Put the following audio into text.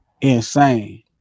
insane